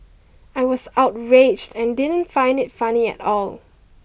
I was outraged and didn't find it funny at all